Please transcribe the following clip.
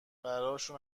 براشون